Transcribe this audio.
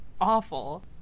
awful